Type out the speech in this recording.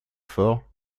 fort